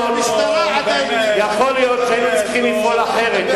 משטרה, יכול להיות שהיינו צריכים לפעול אחרת.